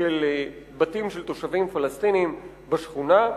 של בתים של תושבים פלסטינים בשכונה.